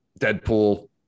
Deadpool